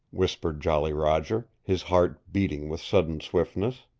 whispered jolly roger, his heart beating with sudden swiftness.